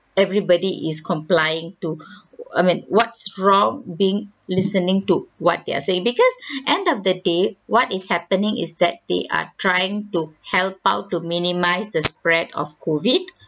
everybody is complying to I mean what's wrong being listening to what they are saying because end of the day what is happening is that they are trying to help out to minimize the spread of COVID